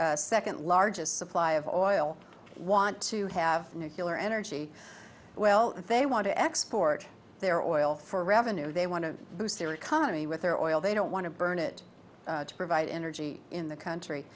world's second largest supply of oil want to have nucular energy well if they want to export their oil for revenue they want to boost their economy with their oil they don't want to burn it to provide energy in the country